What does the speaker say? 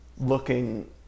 looking